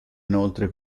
inoltre